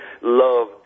love